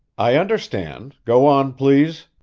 i understand go on, please.